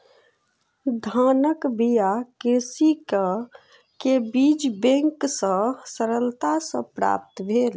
धानक बीया कृषक के बीज बैंक सॅ सरलता सॅ प्राप्त भेल